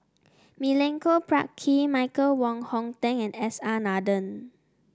Milenko Prvacki Michael Wong Hong Teng and S R Nathan